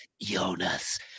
Jonas